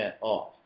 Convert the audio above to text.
off